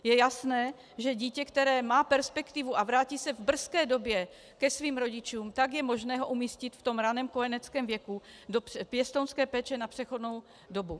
Je jasné, že dítě, které má perspektivu a vrátí se v brzké době ke svým rodičům, tak je možné ho umístit v raném kojeneckém věku do pěstounské péče na přechodnou dobu.